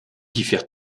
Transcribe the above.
diffère